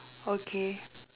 okay